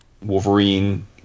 Wolverine